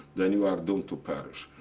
then you are doomed to perish.